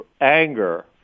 anger